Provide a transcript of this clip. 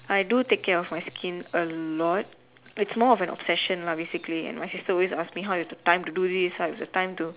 I do take care my skin a lot it's more of an obsession lah basically and my sister always ask me how you got time to do this how you got time to